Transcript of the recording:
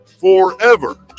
forever